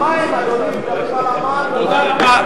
מדברים על המים, אדוני, תודה רבה.